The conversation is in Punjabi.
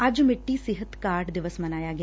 ੱਜ ਮਿੱਟੀ ਸਿਹਤ ਕਾਰਡ ਦਿਵਸ ਮਨਾਇਆ ਗਿਆ